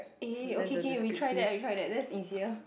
eh okay okay we try that we try that that's easier